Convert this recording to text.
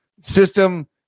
system